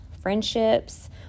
friendships